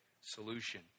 solution